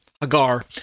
Hagar